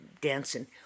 dancing